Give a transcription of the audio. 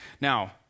Now